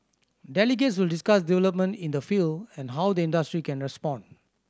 delegates will discuss development in the field and how the industry can respond